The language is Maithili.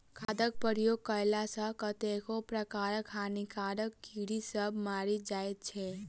खादक प्रयोग कएला सॅ कतेको प्रकारक हानिकारक कीड़ी सभ मरि जाइत छै